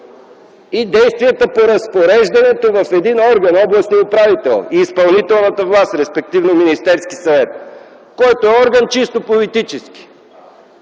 и действията по разпореждането в един орган – областният управител и изпълнителната власт, респективно Министерският съвет, който е чисто политически